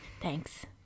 Thanks